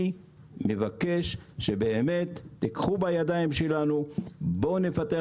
אני מבקש שתיקחו אותנו בידיים ונפתח